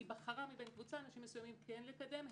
היא בחרה מבין קבוצה אנשים מסוימים כן לקדם.